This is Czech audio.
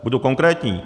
Budu konkrétní.